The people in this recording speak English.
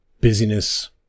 Busyness